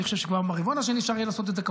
אני חושב שכבר מהרבעון השני אפשר יהיה לעשות את זה.